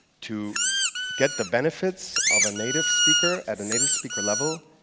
to get the benefits of a native speaker, at a native-speaker level,